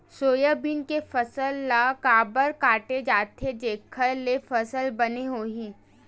Soybean के फसल ल काबर काटे जाथे जेखर ले फसल बने होही?